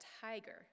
tiger